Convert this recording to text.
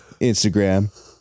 Instagram